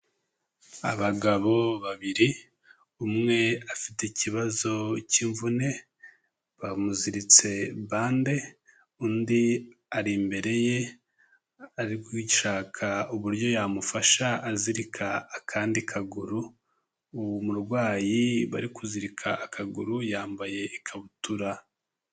Abagabo babiri umwe afite ikibazo k'imvune bamuziritse bande, undi ari imbere ye ari gushaka uburyo yamufasha azirika akandi kaguru, uwo murwayi bari kuzirika akaguru yambaye ikabutura.